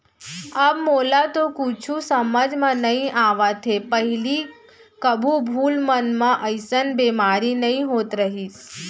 अब मोला तो कुछु समझ म नइ आवत हे, पहिली कभू फूल मन म अइसन बेमारी नइ होत रहिस